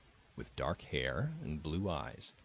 with dark hair and blue eyes.